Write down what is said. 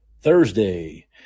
Thursday